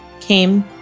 came